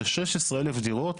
זה 16,000 דירות,